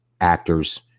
actors